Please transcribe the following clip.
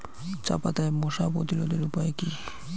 চাপাতায় মশা প্রতিরোধের উপায় কি?